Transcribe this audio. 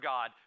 God